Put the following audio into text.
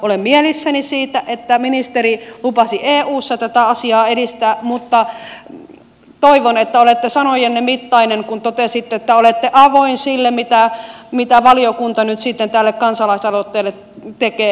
olen mielissäni että ministeri lupasi eussa tätä asiaa edistää mutta toivon että olette sanojenne mittainen kun totesitte että olette avoin sille mitä valiokunta nyt sitten tälle kansalaisaloitteelle tekee